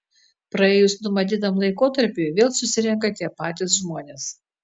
praėjus numatytam laikotarpiui vėl susirenka tie patys žmonės